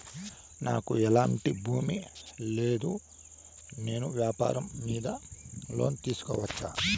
నాకు ఎట్లాంటి భూమి లేదు నేను వ్యాపారం మీద లోను తీసుకోవచ్చా?